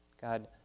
God